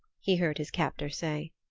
he heard his captor say.